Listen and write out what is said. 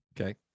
Okay